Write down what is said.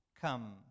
Come